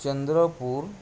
Chandrapur